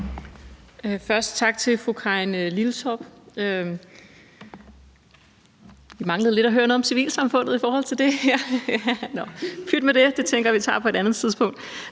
Først tak til fru Karin Liltorp. Vi manglede lidt at høre noget om civilsamfundet i forhold til det her. Men pyt med det, det tænker jeg vi tager på et andet tidspunkt.